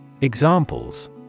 Examples